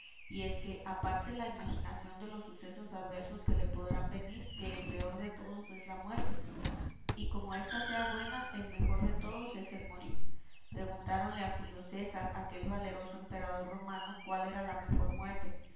y es que aparte la imaginación de los sucesos adversos que le podrán venir que el peor de todos es la muerte y como ésta sea buena el mejor de todos es el morir preguntáronle a julio césar aquel valeroso emperador romano cuál era la mejor muerte